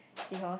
sea horse